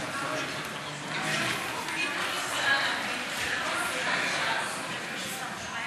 או ארגוני הפשע, יותר נכון,